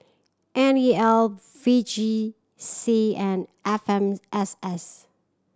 N E L V J C and F M S S